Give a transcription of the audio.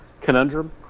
conundrum